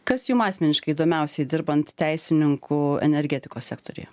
kas jums asmeniškai įdomiausia dirbant teisininku energetikos sektoriuje